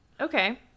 Okay